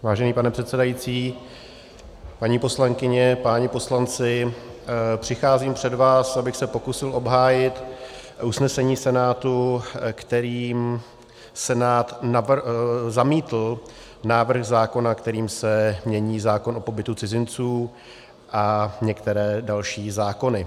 Vážený pane předsedající, paní poslankyně, páni poslanci, přicházím před vás, abych se pokusil obhájit usnesení Senátu, kterým Senát zamítl návrh zákona, kterým se mění zákon o pobytu cizinců a některé další zákony.